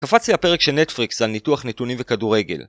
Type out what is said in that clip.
קפצתי לפרק של נטפריקס על ניתוח נתונים וכדורגל.